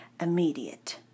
immediate